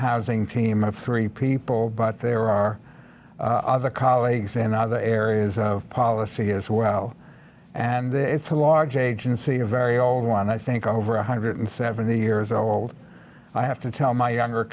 housing team of three people but there are other colleagues in other areas of policy as well and it's a large agency a very old one i think over one hundred seventy years old i have to tell my younger